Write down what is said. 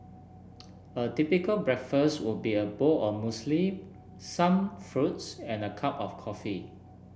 a typical breakfast would be a bowl of Muesli some fruits and a cup of coffee